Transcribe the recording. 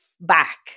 back